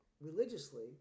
religiously